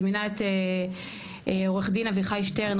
אני מזמינה את עו"ד אביחי שטרן,